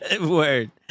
word